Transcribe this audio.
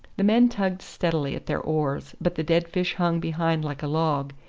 the men tugged steadily at their oars, but the dead fish hung behind like a log,